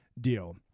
deal